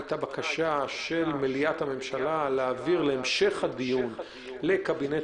היתה בקשה של מליאת הממשלה להעביר להמשך הדיון לקבינט